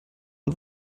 und